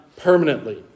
permanently